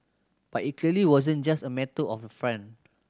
but it clearly wasn't just a matter of font